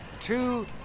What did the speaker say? two